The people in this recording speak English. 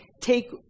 take